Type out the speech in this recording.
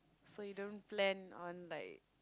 so you don't plan on like